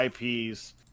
IPs